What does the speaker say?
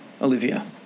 Olivia